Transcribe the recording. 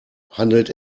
handelt